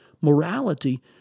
morality